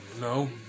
No